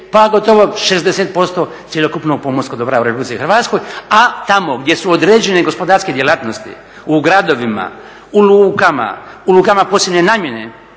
pa gotovo 60% cjelokupnog pomorskog dobra u RH, a tamo gdje su određene gospodarske djelatnosti, u gradovima, u lukama, u lukama posebne namjene,